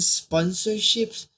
sponsorships